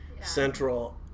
Central